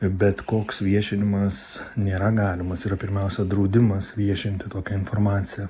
bet koks viešinimas nėra galimas yra pirmiausia draudimas viešinti tokią informaciją